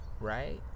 Right